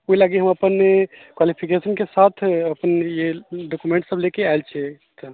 ओहि लागि हम अपने क्वालिफिकेशनके साथ अपने डॉक्युमेन्ट सभ लैके आएल छियै तऽ